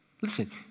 Listen